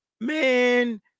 man